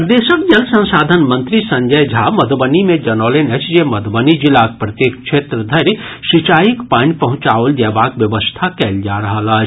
प्रदेशक जल संसाधन मंत्री संजय झा मध्रबनी मे जनौलनि अछि जे मध्रबनी जिलाक प्रत्येक क्षेत्र धरि सिंचाईक पानि पहुंचाओल जयबाक व्यवस्था कयल जा रहल अछि